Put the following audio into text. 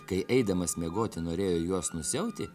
kai eidamas miegoti norėjo juos nusiauti